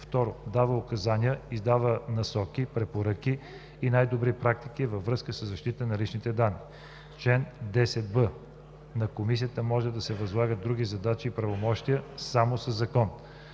2. дава указания, издава насоки, препоръки и най-добри практики във връзка със защитата на личните данни. Чл. 10б. На комисията може да се възлагат други задачи и правомощия само със закон.